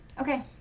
Okay